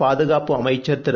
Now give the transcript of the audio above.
பாதுகாப்பு அமைச்சர் திரு